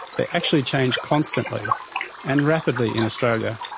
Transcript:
they actually change constantly and rapidly in australia.